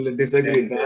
disagree